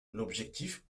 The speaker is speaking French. l’objectif